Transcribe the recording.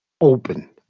open